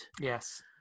Yes